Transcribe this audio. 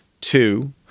Two